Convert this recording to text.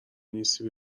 نیستی